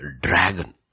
dragon